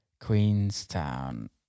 Queenstown